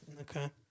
Okay